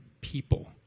people